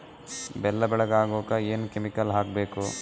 ಬೆಲ್ಲ ಬೆಳಗ ಆಗೋಕ ಏನ್ ಕೆಮಿಕಲ್ ಹಾಕ್ಬೇಕು?